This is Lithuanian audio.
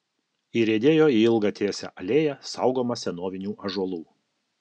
įriedėjo į ilgą tiesią alėją saugomą senovinių ąžuolų